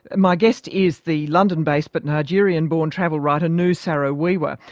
and my guest is the london-based but nigerian-born travel writer noo saro wiwa,